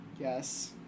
Yes